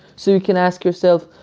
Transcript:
so you can ask yourself,